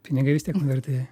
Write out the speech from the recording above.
pinigai vis tiek nuvertėja